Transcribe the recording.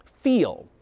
feel